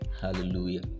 Hallelujah